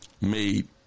made